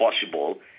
possible